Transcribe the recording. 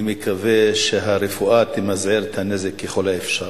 אני מקווה שהרפואה תמזער את הנזק ככל האפשר.